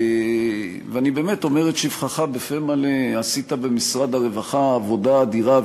ואני באמת אומר את שבחך בפה מלא עשית במשרד הרווחה עבודה אדירה,